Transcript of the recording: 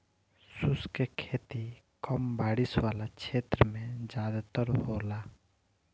शुष्क खेती कम बारिश वाला क्षेत्र में ज़्यादातर होला